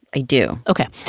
i do ok.